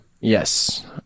yes